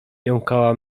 jąkała